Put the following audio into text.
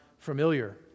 familiar